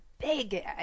big